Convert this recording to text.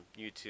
YouTube